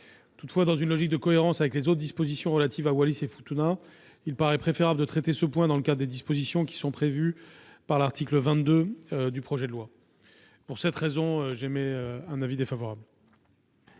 Toutefois, dans une logique de cohérence avec les autres dispositions relatives à Wallis et à Futuna, il paraît préférable de traiter ce point dans le cadre des dispositions prévues à l'article 22 du projet de loi. Pour cette raison, j'émets un avis défavorable